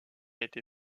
été